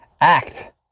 act